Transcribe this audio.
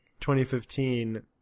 2015